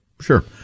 Sure